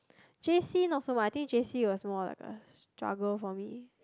J_C not so much I think J_C was more like a struggle for me